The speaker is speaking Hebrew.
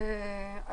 חשוב.